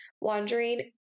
wandering